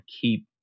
keep